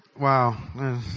wow